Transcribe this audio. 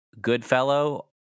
Goodfellow